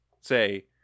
say